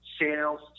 sales